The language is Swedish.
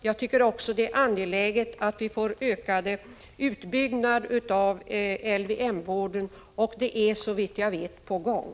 Jag tycker också att det är angeläget att utbyggnaden av LVM-vården utökas, och det är såvitt jag vet på gång.